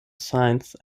science